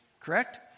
Correct